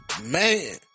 man